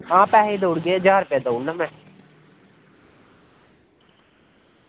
आं पैसे देई ओड़गे ज्हार रपेआ देना में